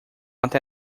até